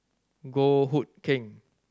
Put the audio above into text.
Goh Hood Keng